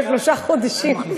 בשלושת החודשים,